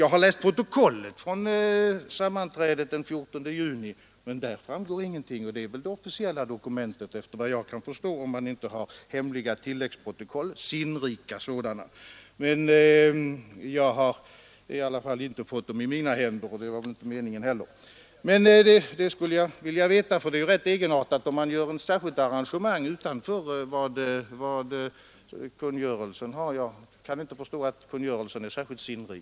Jag har läst protokollet från sammanträdet den 14 juni, men av det framgår ingenting, och det är enligt vad jag kan förstå det officiella dokumentet från detta tillfälle, om man inte har hemliga tilläggsprotokoll — sinnrika sådana. I varje fall har inte jag fått dem i mina händer, och det var väl inte heller meningen. Men jag skulle vilja veta hur det ligger till. Det vore rätt egenartat om man skulle ha ett särskilt arrangemang utanför vad som stadgas i kungörelsen. Jag kan inte förstå att kungörelsen är särskilt sinnrik.